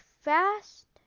fast